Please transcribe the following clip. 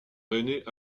rennais